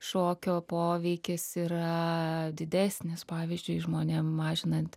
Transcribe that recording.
šokio poveikis yra didesnis pavyzdžiui žmonėm mažinant